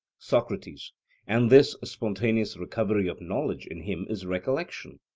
socrates and this spontaneous recovery of knowledge in him is recollection?